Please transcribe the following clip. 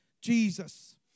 Jesus